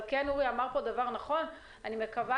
אבל אורי כן אמר דבר נכון אני מקווה